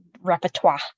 repertoire